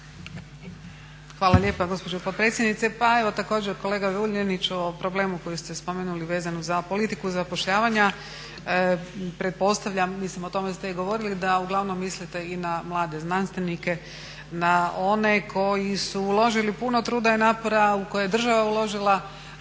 Hvala lijepa gospođo potpredsjednice. Pa evo također kolega Vuljaniću, o problemu koji ste spomenuli vezano za politiku zapošljavanja. Pretpostavljam, o tome ste i govorili da uglavnom mislite i na mlade znanstvenike, na one koji su uložili puno truda i napora, u koje je država uložila